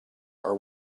are